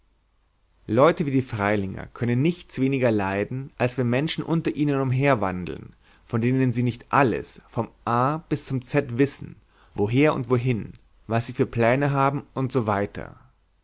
leute wie die freilinger können nichts weniger leiden als wenn menschen unter ihnen umherwandeln von denen sie nicht alles vom a bis zum z wissen woher und wohin was sie für pläne haben usw